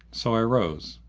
so i rose,